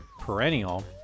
perennial